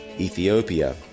Ethiopia